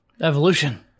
Evolution